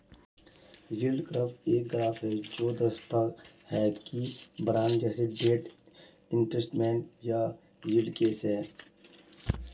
yield curve एक graph है जो दर्शाता है कि बॉन्ड जैसे डेट इंस्ट्रूमेंट पर यील्ड कैसे है